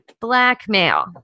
blackmail